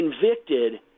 convicted